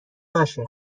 باشه